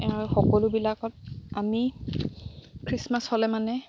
সকলোবিলাকত আমি খ্ৰীষ্টমাছ হ'লে মানে